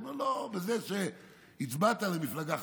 אומרים לו: לא, הצבעת למפלגה חרדית,